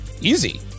Easy